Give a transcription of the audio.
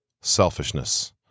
selfishness